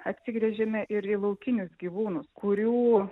atsigręžėme ir į laukinius gyvūnus kurių